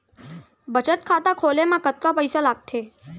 बचत खाता खोले मा कतका पइसा लागथे?